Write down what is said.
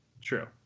true